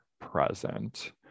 present